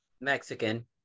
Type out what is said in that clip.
mexican